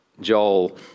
Joel